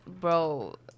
bro